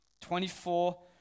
Twenty-four